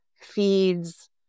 feeds